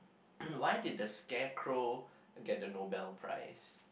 why did the scarecrow get the Nobel-Prize